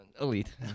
Elite